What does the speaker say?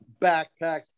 backpacks